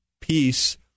peace